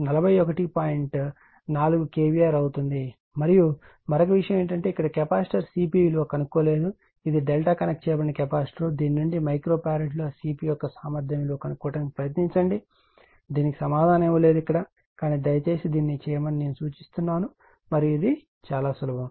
4kVAr అవుతుంది మరియు మరొక విషయం ఏమిటంటే ఇక్కడ కెపాసిటర్ CP విలువ కనుగొనలేదు ఇది డెల్టా కనెక్ట్ చేయబడిన కెపాసిటర్ దీని నుండి మైక్రో ఫారాడ్లో CP యొక్క సామర్థ్యం విలువ కనుగొనడానికి ప్రయత్నించండి దీనికి సమాధానం ఇవ్వలేదు ఇక్కడ కానీ దయచేసి దీన్ని చేయమని సూచిస్తున్నాను మరియు ఇది చాలా సులభం